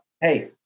Hey